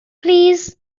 plîs